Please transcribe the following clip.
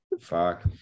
fuck